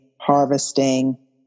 harvesting